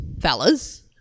fellas